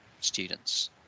students